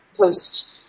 post